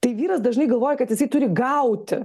tai vyras dažnai galvoja kad jisai turi gauti